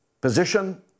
position